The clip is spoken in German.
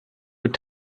mit